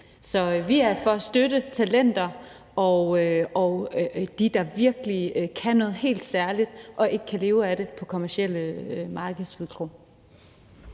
Så vi er for at støtte talenter og dem, der virkelig kan noget helt særligt og ikke kan leve af det på kommercielle markedsvilkår.